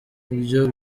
ibyo